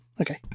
Okay